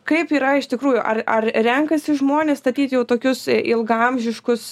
kaip yra iš tikrųjų ar ar renkasi žmonės statyt jau tokius ilgaamžiškus